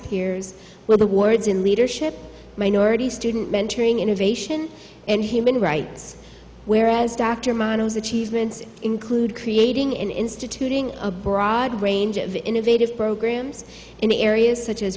peers were the words in leadership minority student mentoring innovation and human rights whereas dr manas achievements include creating and instituting a broad range of innovative programs in areas such as